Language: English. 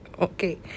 okay